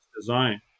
design